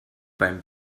beim